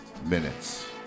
minutes